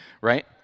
right